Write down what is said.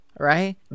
Right